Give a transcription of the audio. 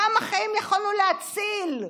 כמה חיים יכולנו להציל?